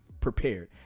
prepared